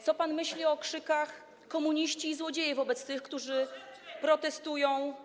Co pan myśli o okrzykach: komuniści i złodzieje wobec tych, którzy protestują.